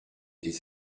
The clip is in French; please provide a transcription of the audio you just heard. des